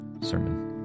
sermon